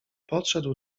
podszedł